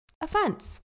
offense